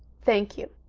thank you,